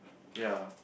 ya